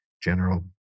general